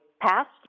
passed